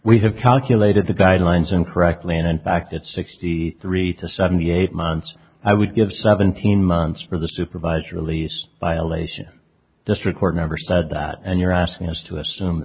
we have calculated the guidelines incorrectly and in fact it's sixty three to seventy eight months i would give seventeen months for the supervised release violation district court never said that and you're asking us to assume